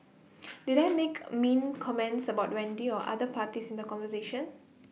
did I make mean comments about Wendy or other parties in the conversation